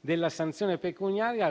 della sanzione pecuniaria